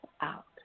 out